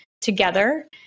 together